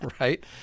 right